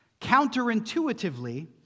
counterintuitively